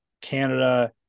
Canada